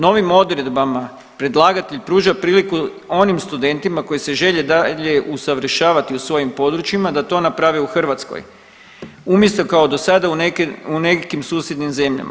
Novim odredbama predlagatelj pruža priliku onim studentima koji se žele dalje usavršavati u svojim područjima da to naprave u Hrvatskoj, umjesto kao do sada u nekim susjednim zemljama.